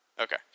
Okay